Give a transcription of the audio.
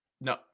no